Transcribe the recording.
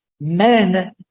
men